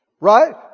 Right